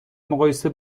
مقایسه